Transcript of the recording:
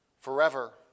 forever